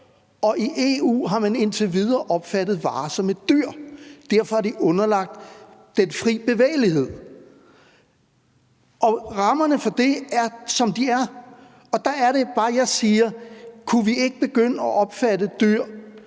at i EU har man indtil videre opfattet dyr som en vare. Derfor er de underlagt den fri bevægelighed, og rammerne for det er, som de er, og der er det bare, at jeg siger: Kunne vi ikke begynde at opfatte dyr